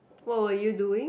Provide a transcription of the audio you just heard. what will you doing